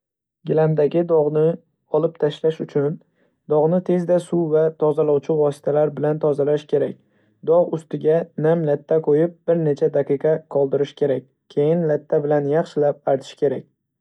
Gilamdagi dog'ni olib tashlash uchun dog'ni tezda suv va tozalovchi vositalar bilan tozalash kerak. Dog' ustiga nam latta qo'yib bir necha daqiqa qoldirish kerak, keyin latta bilan yaxshilab artish kerak!